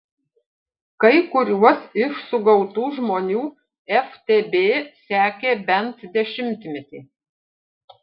kai kuriuos iš sugautų žmonių ftb sekė bent dešimtmetį